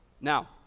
now